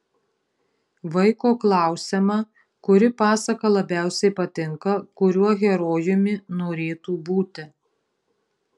vaiko klausiama kuri pasaka labiausiai patinka kuriuo herojumi norėtų būti